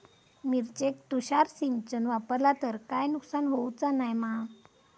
मिरचेक तुषार सिंचन वापरला तर काय नुकसान होऊचा नाय मा?